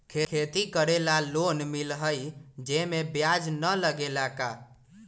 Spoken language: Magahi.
खेती करे ला लोन मिलहई जे में ब्याज न लगेला का?